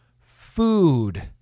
food